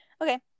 okay